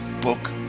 book